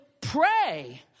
pray